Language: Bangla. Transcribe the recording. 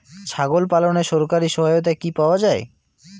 ছাগল পালনে সরকারি সহায়তা কি পাওয়া যায়?